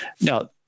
now